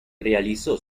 realizó